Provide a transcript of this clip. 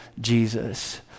jesus